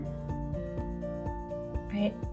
right